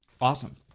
Awesome